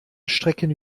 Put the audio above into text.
strecken